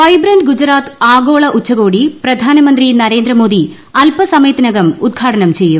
vibrant Gujarat ആഗോള ഉച്ചകോടി പ്രധാനമന്ത്രി നരേന്ദ്രമോദി അല്പസമയത്തിനകം ഉദ്ഘാടനം ചെയ്യും